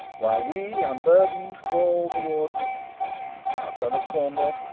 while we unburden'd crawl toward death our son of cornwall,